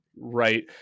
right